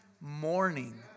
morning